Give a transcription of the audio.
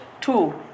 two